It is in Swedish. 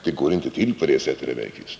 Det går inte till på det sättet, herr Bergqvist.